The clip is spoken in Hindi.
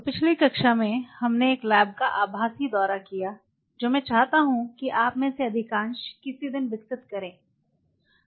तो पिछली कक्षा में हमने एक लैब का आभासी दौरा किया जो मैं चाहता हूं कि आप में से अधिकांश किसी दिन विकसित करें